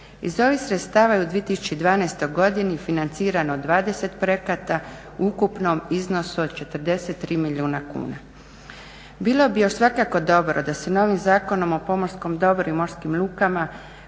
Iz ovih sredstava je u 2012. godini financirano 20 projekata u ukupnom iznosu od 43 milijuna kuna. Bilo bi još svakako dobro da se novim Zakonom o pomorskom dobru i morskim lukama